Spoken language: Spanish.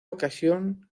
ocasión